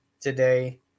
today